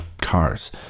cars